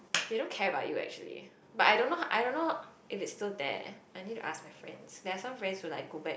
they don't care about you actually but I don't know I don't know if it's still there I need to ask my friends there are some friends who like go back